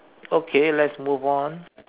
okay let's move on